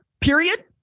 period